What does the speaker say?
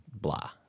blah